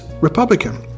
Republican